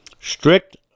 Strict